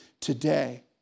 today